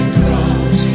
cross